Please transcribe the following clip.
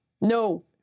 No